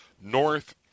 North